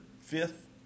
fifth